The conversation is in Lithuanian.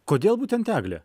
kodėl būtent eglė